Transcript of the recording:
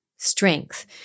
strength